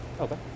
Okay